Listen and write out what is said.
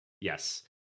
Yes